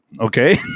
Okay